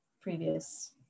previous